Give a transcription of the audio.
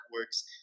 works